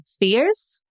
fears